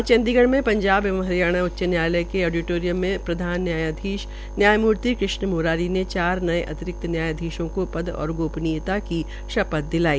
आज चंडीगढ़ में पंजाब एवं हरियाणा उच्च न्यायालय के ओडिटोरियम में प्रधन न्यायाधीश न्यायमूर्ति कृष्ण मुरारी ने चार नये अतिरिक्त न्यायाधीशों को पद ओर गोपनीयता का शपथ दिलाई